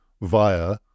via